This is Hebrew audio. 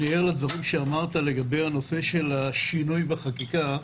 אני ער לדברים שאמרת לגבי השינוי בחקיקה,